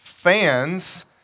Fans